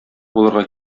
булырга